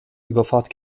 überfahrt